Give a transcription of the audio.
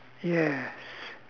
yes